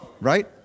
Right